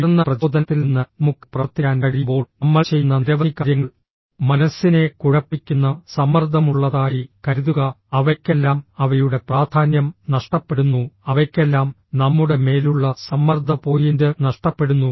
ഉയർന്ന പ്രചോദനത്തിൽ നിന്ന് നമുക്ക് പ്രവർത്തിക്കാൻ കഴിയുമ്പോൾ നമ്മൾ ചെയ്യുന്ന നിരവധി കാര്യങ്ങൾ മനസ്സിനെ കുഴപ്പിക്കുന്ന സമ്മർദ്ദമുള്ളതായി കരുതുക അവയ്ക്കെല്ലാം അവയുടെ പ്രാധാന്യം നഷ്ടപ്പെടുന്നു അവയ്ക്കെല്ലാം നമ്മുടെ മേലുള്ള സമ്മർദ്ദ പോയിന്റ് നഷ്ടപ്പെടുന്നു